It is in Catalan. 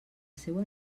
seua